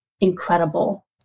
incredible